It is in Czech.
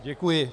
Děkuji.